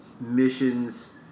missions